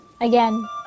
Again